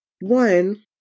one